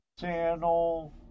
channel